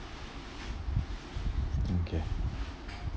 okay